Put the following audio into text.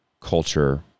culture